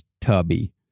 Tubby